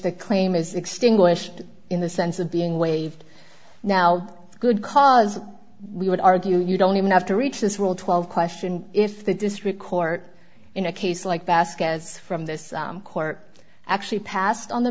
the claim is extinguished in the sense of being waived now good cause we would argue you don't even have to reach this rule twelve question if the district court in a case like basket as from this court actually passed on the